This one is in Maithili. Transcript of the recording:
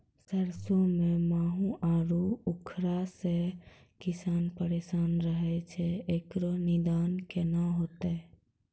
सरसों मे माहू आरु उखरा से किसान परेशान रहैय छैय, इकरो निदान केना होते?